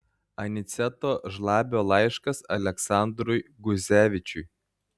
aniceto žlabio laiškas aleksandrui guzevičiui